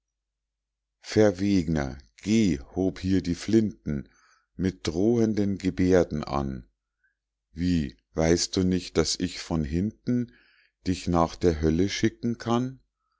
verwegner geh hob hier die flinten mit drohenden geberden an wie weißt du nicht daß ich von hinten dich nach der hölle schicken kann